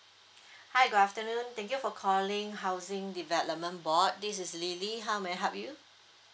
hi good afternoon thank you for calling housing development board this is lily how may I help you